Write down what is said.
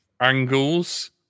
angles